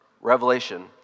Revelation